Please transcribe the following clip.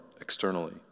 externally